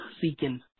seeking